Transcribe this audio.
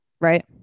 Right